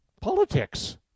politics